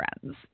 friends